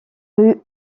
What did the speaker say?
rues